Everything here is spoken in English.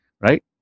right